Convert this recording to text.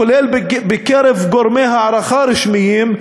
כולל בקרב גורמי הערכה רשמיים,